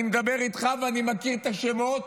אני מדבר איתך ואני מכיר את השמות,